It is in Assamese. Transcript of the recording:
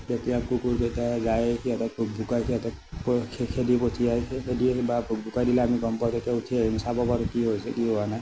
তেতিয়া কুকুৰ কেইটা যায় সিহঁতক ভুক ভুকাই সিহঁতক খেদি পঠিয়ায় যদি বা ভুক ভুকাই দিলে আমি গম পাওঁ তেতিয়া উঠি আহি আমি চাব পাৰোঁ কি হৈছে কি হোৱা নাই